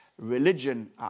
religion